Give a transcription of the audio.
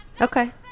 okay